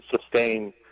sustain